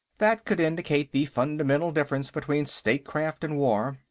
that could indicate the fundamental difference between statecraft and war.